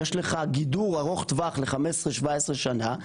יש לך גידור ארוך טווח ל-15 17 שנה.